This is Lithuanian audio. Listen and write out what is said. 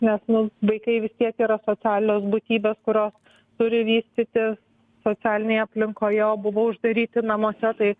nes nu vaikai vis tiek yra socialios būtybės kurios turi vystytis socialinėje aplinkoje o buvo uždaryti namuose tai